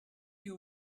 you